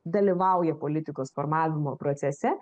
dalyvauja politikos formavimo procese